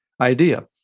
idea